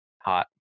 hot